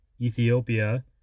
Ethiopia